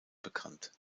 bekannt